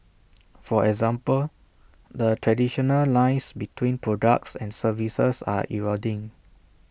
for example the traditional lines between products and services are eroding